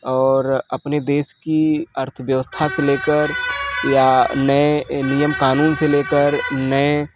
और अपने देश की अर्थव्यवस्था से लेकर या नए नियम कानून से लेकर नए